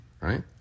right